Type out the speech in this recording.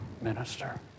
minister